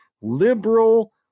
liberal